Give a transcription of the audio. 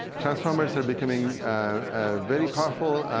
transformers are becoming very powerful.